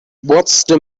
the